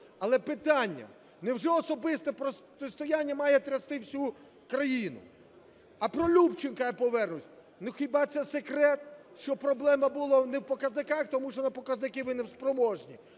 Але питання: невже особисте протистояння має трясти всю країну? А про Любченка, я повернусь, ну, хіба це секрет, що проблема була не в показниках, тому що на показники ви неспроможні,